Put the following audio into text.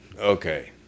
Okay